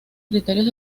criterios